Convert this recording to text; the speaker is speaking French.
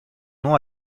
nom